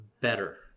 better